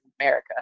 America